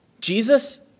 Jesus